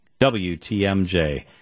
WTMJ